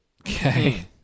Okay